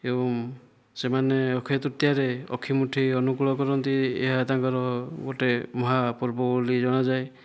ଏବଂ ସେମାନେ ଅକ୍ଷୟ ତୃତୀୟାରେ ଅକ୍ଷିମୁଠି ଅନୁକୂଳ କରନ୍ତି ଏହା ତାଙ୍କର ଗୋଟିଏ ମହାପର୍ବ ବୋଲି ଜଣାଯାଏ